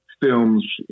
Films